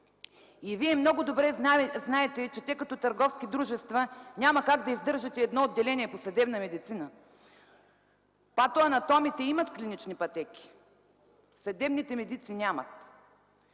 Вие много добре знаете, че те като търговски дружества няма как да издържат и едно отделение по съдебна медицина. Патоанатомите имат клинични пътеки, съдебните медици нямат.